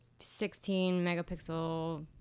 16-megapixel